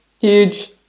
Huge